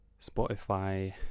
Spotify